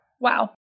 Wow